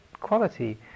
quality